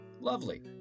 Lovely